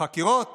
החקירות